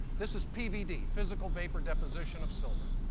this is pvd, physical vapor deposition of silver.